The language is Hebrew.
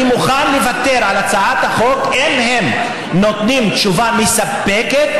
מוכן לוותר על הצעת החוק אם הם ייתנו תשובה מספקת,